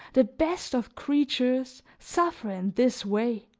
the best of creatures, suffer in this way.